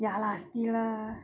ya lah still lah